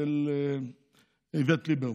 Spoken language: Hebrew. של איווט ליברמן.